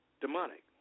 demonic